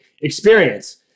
experience